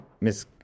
Miss